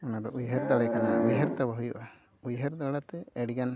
ᱚᱱᱟ ᱫᱚ ᱩᱭᱦᱟᱹᱨ ᱫᱟᱲᱮ ᱩᱭᱦᱟᱹᱨ ᱛᱟᱵᱚ ᱦᱩᱭᱩᱜᱼᱟ ᱩᱭᱦᱟᱹᱨ ᱫᱟᱲᱮᱛᱮ ᱟᱹᱰᱤᱜᱟᱱ